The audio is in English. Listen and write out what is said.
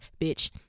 Bitch